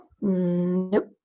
Nope